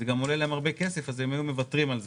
זה גם עולה להם הרבה כסף, אז מוותרים על זה,